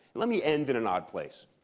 let me end in an odd place.